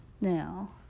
Now